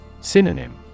Synonym